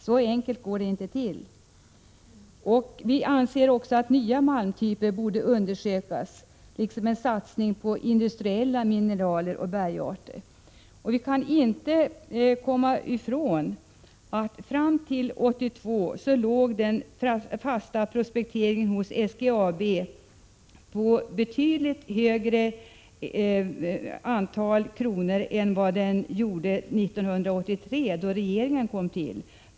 Så enkelt går det inte till. Vi anser dessutom att nya malmtyper borde undersökas, liksom möjligheterna till en satsning på industriella mineraler och bergarter. Vi kan inte komma ifrån att den fasta prospekteringen hos SGAB fram till 1982 låg på en betydligt högre nivå än vad den gjorde 1983, då en ny regering hade kommit till.